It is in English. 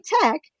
tech